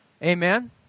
Amen